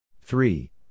Three